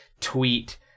tweet